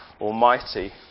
Almighty